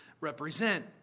represent